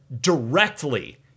directly